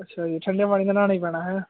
ਅੱਛਾ ਜੀ ਠੰਡੇ ਪਾਣੀ ਨਾਲ ਨਹਾਣਾ ਈ ਪੈਣਾ ਹੈਂ